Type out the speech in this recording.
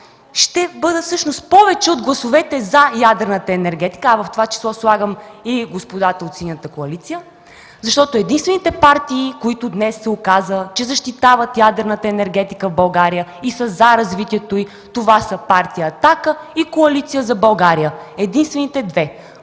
ще бъдат повече от гласовете „за” ядрената енергетика. В това число слагам и господата от Синята коалиция. Защото единствените партии, които днес се оказва, че ще защитават ядрената енергетика в България и са за развитието й, това са партия „Атака” и Коалиция за България – единствените двете,